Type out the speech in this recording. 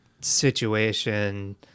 situation